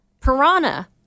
Piranha